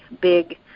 big